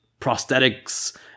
prosthetics